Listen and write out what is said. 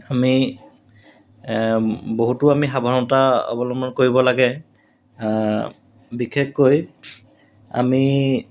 আমি বহুতো আমি সাৱধানতা অৱলম্বন কৰিব লাগে বিশেষকৈ আমি